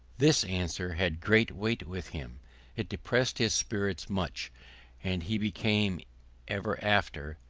this answer had great weight with him it depressed his spirits much and he became ever after,